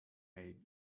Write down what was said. made